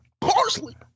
Parsley